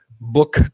book